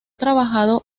trabajado